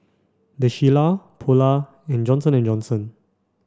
The Shilla Polar and Johnson and Johnson